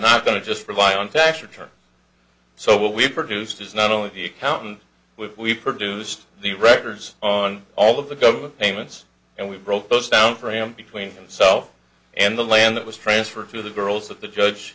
not going to just provide on tax returns so what we produced is not only the accountant with we produced the records on all of the government payments and we broke those down for him between himself and the land that was transferred to the girls that the judge